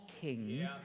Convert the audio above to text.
KINGS